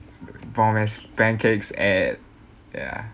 bombass pancakes at ya